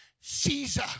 Caesar